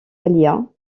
aléas